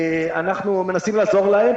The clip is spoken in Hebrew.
אנחנו מנסים לעזור להם.